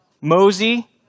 Mosey